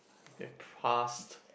it past